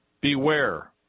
Beware